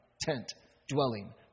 tent-dwelling